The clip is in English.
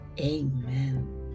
amen